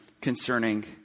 concerning